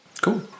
Cool